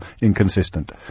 inconsistent